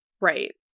Right